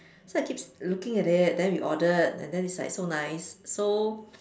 so I keep looking at it then we ordered and then it's like so nice so